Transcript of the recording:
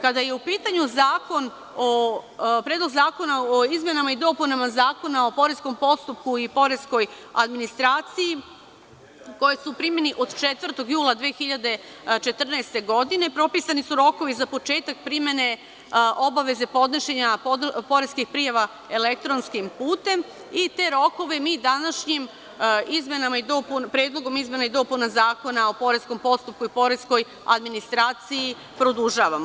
Kada je u pitanju Predlog zakona o izmenama i dopunama Zakona o poreskom postupku i poreskoj administraciji, koji je u primeni od 4. jula 2014. godine, propisani su rokovi za početak primene obaveze podnošenja poreskih prijava elektronskim putem i te rokove mi današnjim Predlogom izmena i dopuna Zakona o poreskom postupku i poreskoj administraciji produžavamo.